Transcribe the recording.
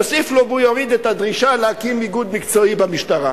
יוסיפו לו והוא יוריד את הדרישה להקים איגוד מקצועי במשטרה.